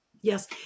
Yes